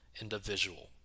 individual